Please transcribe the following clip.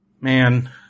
Man